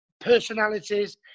personalities